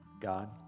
God